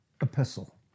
epistle